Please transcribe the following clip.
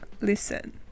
Listen